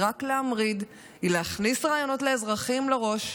רק להמריד, להכניס רעיונות לאזרחים לראש.